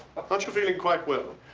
aren't you feeling quite well?